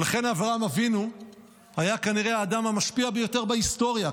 ולכן אברהם אבינו היה כנראה האדם המשפיע ביותר בהיסטוריה,